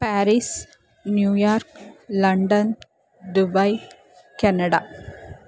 Paris New York London Dubai Canada